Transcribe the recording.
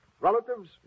Relatives